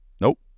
nope